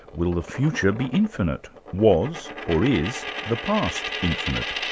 will the future be infinite? was, or is, the past infinite?